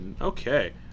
Okay